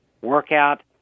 workout